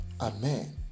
Amen